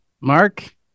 Mark